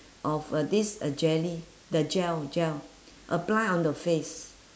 of uh this uh jelly the gel gel apply on the face